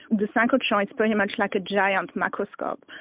the synchrotron is pretty much like a giant microscope.